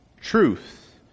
Truth